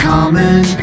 Common